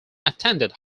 attended